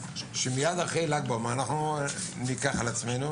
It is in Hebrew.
מייד אחרי ל"ג בעומר ניקח על עצמנו